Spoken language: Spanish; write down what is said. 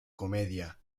comedia